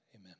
amen